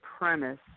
premise